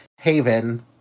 Haven